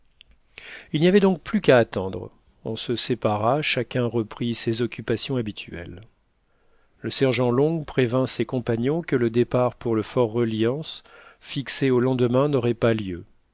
il n'y avait donc plus qu'à attendre on se sépara chacun reprit ses occupations habituelles le sergent long prévint ses compagnons que le départ pour le fort reliance fixé au lendemain n'aurait pas lieu